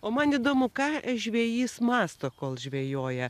o man įdomu ką žvejys mąsto kol žvejoja